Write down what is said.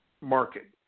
market